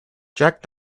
jack